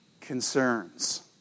concerns